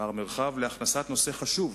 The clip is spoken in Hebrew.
מר מרחב להכנסת נושא חשוב,